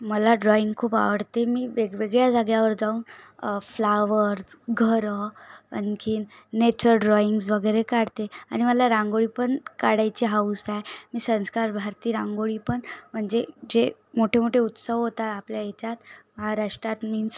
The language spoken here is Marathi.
मला ड्रॉइंग खूप आवडते मी वेगवेगळ्या जाग्यावर जाऊन फ्लावर्स घर अणखी नेचर ड्रॉइंग्ज वगैरे काढते आणि मला रांगोळी पण काढायची हौस आहे मी संस्कार भारती रांगोळी पण म्हणजे जे मोठेमोठे उत्सव होत आहे आपल्या याच्यात महाराष्ट्रात मिन्स